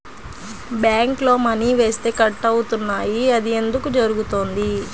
బ్యాంక్లో మని వేస్తే కట్ అవుతున్నాయి అది ఎందుకు జరుగుతోంది?